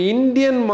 Indian